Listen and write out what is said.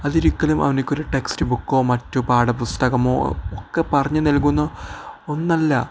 അതൊരിക്കലും അവനൊരു ടെക്സ്റ്റ് ബുക്കോ മറ്റു പാഠപുസ്തകമോ ഒക്കെ പറഞ്ഞു നൽകുന്ന ഒന്നല്ല